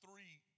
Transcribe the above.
Three